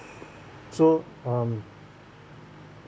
so um